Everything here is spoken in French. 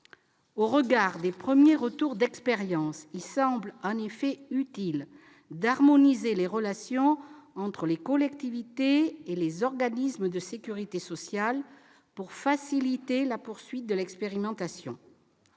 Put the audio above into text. Au regard des premiers retours d'expérience, il semble en effet utile d'harmoniser les relations entre les collectivités et les organismes de sécurité sociale, pour faciliter la poursuite de l'expérimentation.